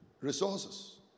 Resources